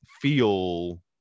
feel